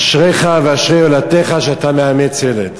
אשריך ואשרי יולדתך שאתה מאמץ ילד.